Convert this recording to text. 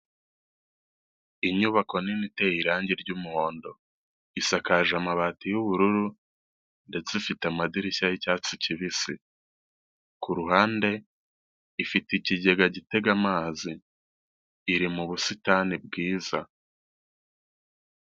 Inyubako nini iteye irangi ry'umuhondo, isakaje amabati y'ubururu ndetse ifite amadirishya y'icyatsi kibisi, ku ruhande ifite ikigega gitega amazi, iri mu busitani bwiza.